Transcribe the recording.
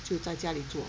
就在家里做